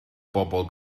bobl